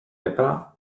eta